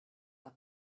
are